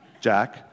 Jack